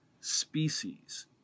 species